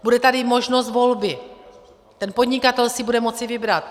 Bude tady možnost volby, ten podnikatel si bude moci vybrat.